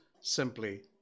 simply